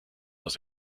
aus